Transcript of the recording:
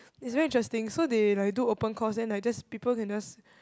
it's very interesting so they like do open course then like just people can just